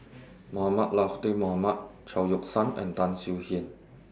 Mohamed Latiff Mohamed Chao Yoke San and Tan Swie Hian